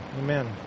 Amen